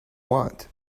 want